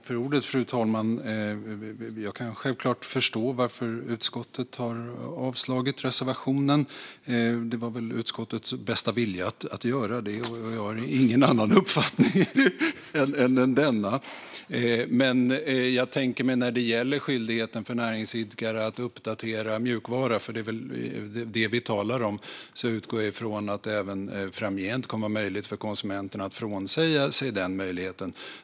Fru talman! Jag kan självklart förstå varför utskottet har avstyrkt reservationen. Det var väl utskottets bästa vilja att göra det, och jag har ingen annan uppfattning än denna. När det gäller skyldigheten för näringsidkare att uppdatera mjukvara - för det är väl det vi talar om - utgår jag från att det även framgent kommer att vara möjligt för konsumenterna att frånsäga sig den möjligheten.